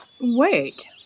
Wait